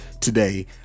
today